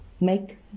make